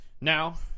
Now